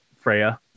Freya